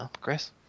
Chris